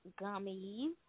gummies